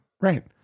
Right